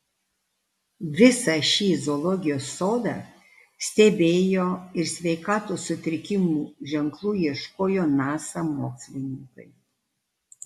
visą šį zoologijos sodą stebėjo ir sveikatos sutrikimų ženklų ieškojo nasa mokslininkai